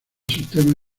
sistema